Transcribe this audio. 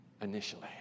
initially